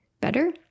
better